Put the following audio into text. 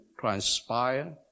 transpire